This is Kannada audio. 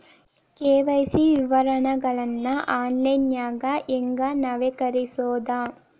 ಕೆ.ವಾಯ್.ಸಿ ವಿವರಗಳನ್ನ ಆನ್ಲೈನ್ಯಾಗ ಹೆಂಗ ನವೇಕರಿಸೋದ